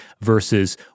Versus